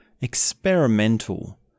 experimental